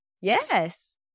Yes